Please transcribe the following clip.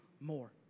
more